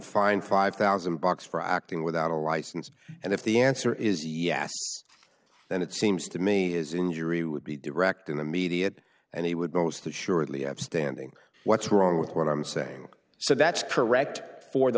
fined five thousand bucks for acting without a license and if the answer is yes then it seems to me is injury would be direct and immediate and he would most assuredly have standing what's wrong with what i'm saying so that's correct for the